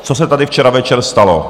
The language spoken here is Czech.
Co se tady včera večer stalo?